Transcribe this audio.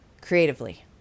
creatively